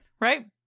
right